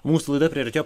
mūsų laida priartėjo